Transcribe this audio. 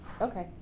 Okay